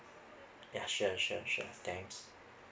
yeah sure sure sure thanks